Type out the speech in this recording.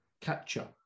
capture